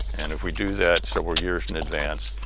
and if we do that several years in advance,